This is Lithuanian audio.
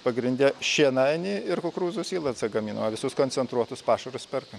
pagrinde šienainį ir kukurūzų silosą gaminam o visus koncentruotus pašarus perkam